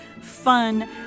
fun